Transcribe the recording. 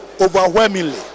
Overwhelmingly